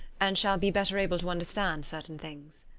and shall be better able to understand certain things.